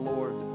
Lord